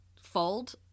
fold